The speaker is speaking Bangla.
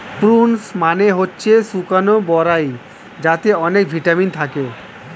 প্রুনস মানে হচ্ছে শুকনো বরাই যাতে অনেক ভিটামিন থাকে